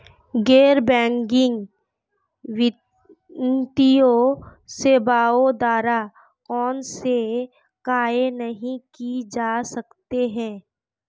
गैर बैंकिंग वित्तीय सेवाओं द्वारा कौनसे कार्य नहीं किए जा सकते हैं?